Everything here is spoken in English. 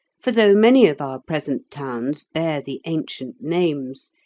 for though many of our present towns bear the ancient names,